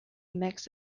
mix